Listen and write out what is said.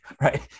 right